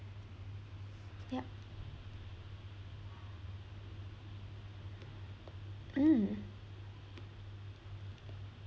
yup mm